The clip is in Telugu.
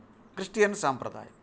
క్రిస్టియన్ సంప్రదాయం